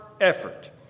effort